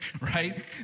right